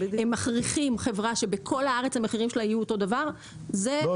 מכריחים חברה שבכל הארץ המחירים שלה יהיו אותו דבר --- לא,